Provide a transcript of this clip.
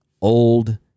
old